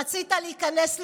רצית להיכנס לאירוע?